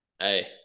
Hey